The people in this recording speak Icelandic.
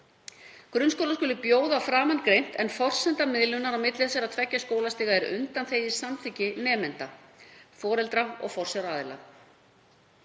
Grunnskólar skuli bjóða framangreint en forsenda miðlunar á milli þessara tveggja skólastiga er undangengið samþykki nemenda, foreldra og forsjáraðila.